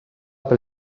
pel